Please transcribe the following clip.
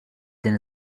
din